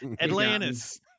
Atlantis